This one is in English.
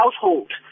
household